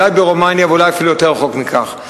אולי ברומניה ואולי אפילו יותר רחוק מכך.